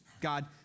God